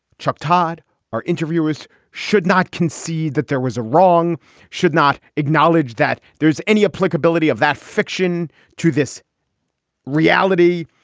chuck todd our interviewers should not concede that there was a wrong should not acknowledge that there is any applicability of that fiction to this reality.